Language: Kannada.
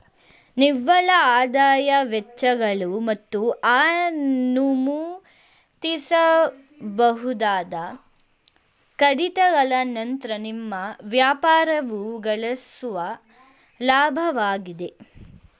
ನಿವ್ವಳಆದಾಯ ವೆಚ್ಚಗಳು ಮತ್ತು ಅನುಮತಿಸಬಹುದಾದ ಕಡಿತಗಳ ನಂತ್ರ ನಿಮ್ಮ ವ್ಯಾಪಾರವು ಗಳಿಸುವ ಲಾಭವಾಗಿದೆ